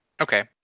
Okay